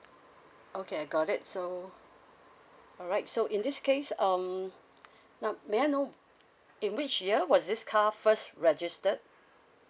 okay I got it so alright so in this case um now may I know in which year was this car first registered